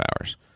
hours